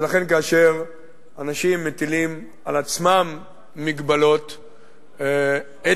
ולכן כאשר אנשים מטילים על עצמם מגבלות אתיות,